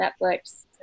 Netflix